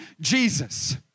Jesus